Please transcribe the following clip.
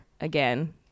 again